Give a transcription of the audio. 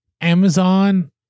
Amazon